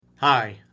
Hi